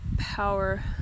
power